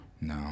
no